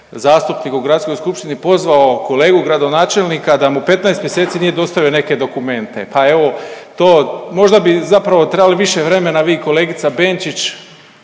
zastupnik u Gradskoj skupštini pozvao kolegu gradonačelnika da mu 15 mjeseci nije dostavio neke dokumente, pa evo to možda bi zapravo trebali više vremena vi i kolegica Benčić